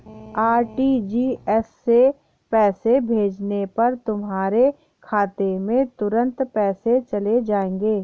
RTGS से पैसे भेजने पर तुम्हारे खाते में तुरंत पैसे चले जाएंगे